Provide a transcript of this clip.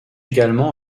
également